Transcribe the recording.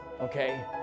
okay